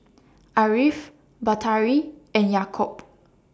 Ariff Batari and Yaakob